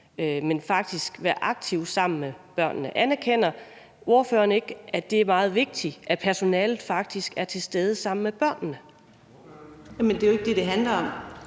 de faktisk er aktivt sammen med børnene. Anerkender ordføreren ikke, at det er meget vigtigt, at personalet faktisk er til stede sammen med børnene? Kl. 09:23 Den fg. formand